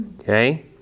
Okay